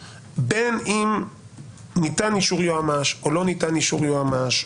בין אם ניתן אישור יועמ"ש או לא; לא יינתן אישור משנה,